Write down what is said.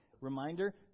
reminder